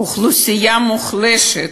אוכלוסייה מוחלשת,